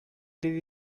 did